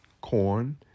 corn